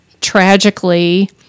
tragically